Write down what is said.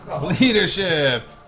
Leadership